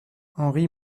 henri